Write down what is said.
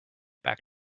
back